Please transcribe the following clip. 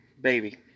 baby